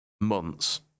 months